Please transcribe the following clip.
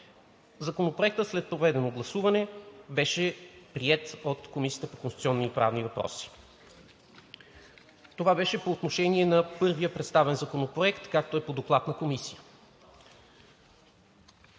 Законопроектът беше приет от Комисията по конституционни и правни въпроси.“ Това беше по отношение на първия представен законопроект, както е по Доклад на Комисията.